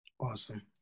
Awesome